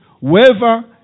whoever